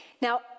Now